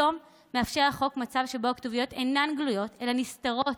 היום החוק מאפשר מצב שבו הכתוביות אינן גלויות אלא נסתרות,